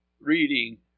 reading